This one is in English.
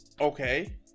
okay